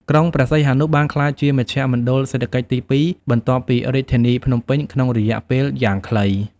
ក្រុងព្រះសីហនុបានក្លាយជាមជ្ឈមណ្ឌលសេដ្ឋកិច្ចទីពីរ បន្ទាប់ពីរាជធានីភ្នំពេញ ក្នុងរយៈពេលយ៉ាងខ្លី។